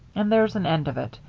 and there's an end of it.